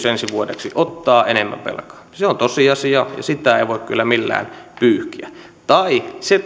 ensi vuodeksi ottaa enemmän velkaa se on tosiasia ja sitä ei voi kyllä millään pyyhkiä se